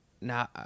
now